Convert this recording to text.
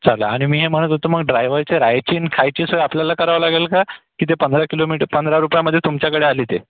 चालेल आणि मी हे म्हणत होतो मग ड्रायवरच्या राहायची आणि खायची सोय आपल्याला करावं लागेल का की ते पंधरा किलोमीट पंधरा रुपयामधे तुमच्याकडे आली ते